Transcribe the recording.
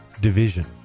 division